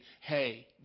hey